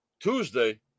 Tuesday